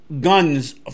guns